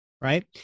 right